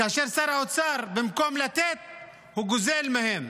שר האוצר, במקום לתת הוא גוזל מהם.